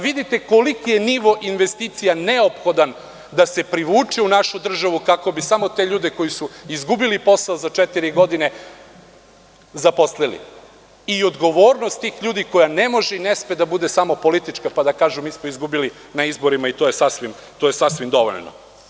Vidite koliki je nivo investicija neophodan da se privuče u našu državu, kako bi samo te ljude koji su izgubili posao za četiri godine zaposlili i odgovornost tih ljudi koja ne može i ne sme da bude samo politička, pa da kažu – mi smo izgubili na izborima i to je sasvim dovoljno.